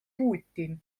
putin